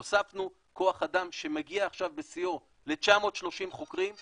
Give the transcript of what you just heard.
הוספנו כוח אדם שמגיע עכשיו בשיאו ל-930 חוקרים,